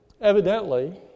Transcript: evidently